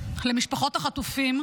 למשפחות החטופים,